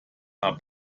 are